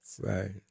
Right